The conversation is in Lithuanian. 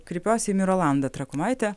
kreipiuosi į mirolandą trakumaitę